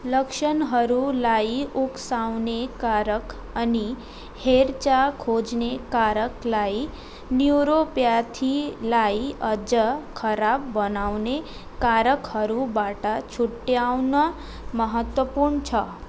लक्षणहरूलाई उक्साउने कारक अनि हेरचाह खोज्ने कारकलाई न्युरोप्याथीलाई अझ खराब बनाउने कारकहरूबाट छुट्याउन महत्त्वपूर्ण छ